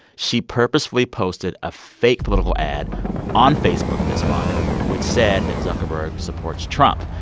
she purposefully posted a fake political ad on facebook this month which said that zuckerberg supports trump,